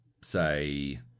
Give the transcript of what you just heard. say